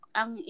ang